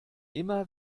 immer